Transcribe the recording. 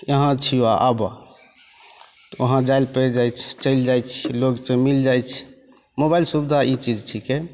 यहाँ छियो आबऽ तऽ वहाँ जाइ लए पड़ि जाइत छै चलि जाइत छियै लोगसे मिल जाइत छै मोबाइल सुबिधा ई चीज छिकै